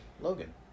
Logan